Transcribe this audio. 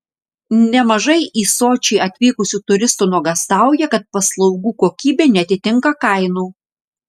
nemažai į sočį atvykusių turistų nuogąstauja kad paslaugų kokybė neatitinka kainų